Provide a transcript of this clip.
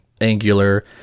Angular